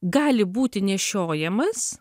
gali būti nešiojamas